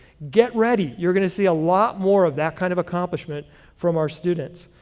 get ready. you're going to see a lot more of that kind of accomplishment from our students.